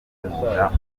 w’umwuga